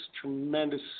tremendous